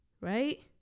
right